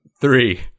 Three